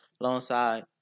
alongside